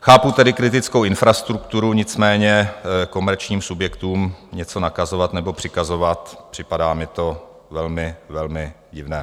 Chápu tedy kritickou infrastrukturu, nicméně komerčním subjektům něco nakazovat nebo přikazovat, připadá mi to velmi, velmi divné.